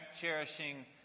cherishing